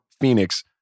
Phoenix